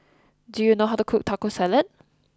do you know how to cook Taco Salad